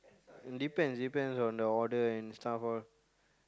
depends depends on the order and staff all